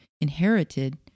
inherited